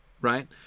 right